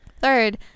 third